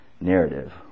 narrative